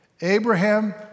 Abraham